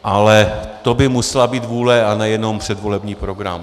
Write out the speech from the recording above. Ale to by musela být vůle, a ne jenom předvolební program.